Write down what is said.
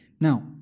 Now